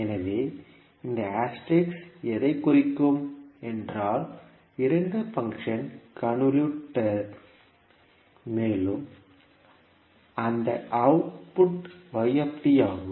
எனவே இந்த எதைக் குறிக்கும் என்றால் இரண்டு பங்க்ஷன் கன்வொல்யூடெட் மேலும் அந்த அவுட் புட் ஆகும்